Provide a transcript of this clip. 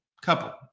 couple